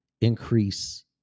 increase